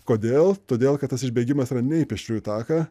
kodėl todėl kad tas išbėgimas yra ne į pėsčiųjų taką